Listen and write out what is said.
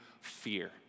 fear